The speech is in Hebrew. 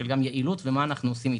גם של יעילות וגם של מה אנחנו עושים איתה.